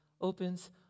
Opens